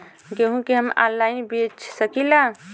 गेहूँ के हम ऑनलाइन बेंच सकी ला?